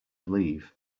leave